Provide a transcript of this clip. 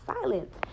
silence